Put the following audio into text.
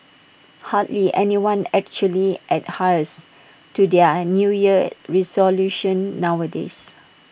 hardly anyone actually adheres to their New Year resolutions nowadays